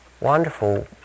wonderful